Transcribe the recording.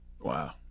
Wow